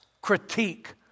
critique